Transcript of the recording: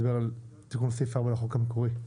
לדבר על תיקון סעיף 4 לחוק המקורי.